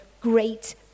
great